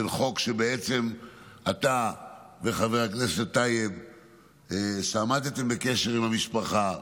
חוק שבעצם אתה וחבר הכנסת טייב עמדתם בקשר עם המשפחה.